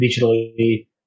digitally